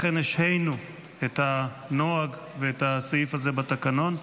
לכן השהינו את הנוהג ואת הסעיף הזה בתקנון.